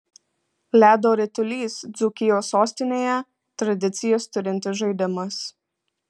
ledo ritulys dzūkijos sostinėje tradicijas turintis žaidimas